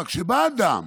אבל כשבא אדם